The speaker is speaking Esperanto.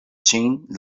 ĝin